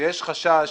שיש חשש